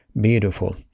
beautiful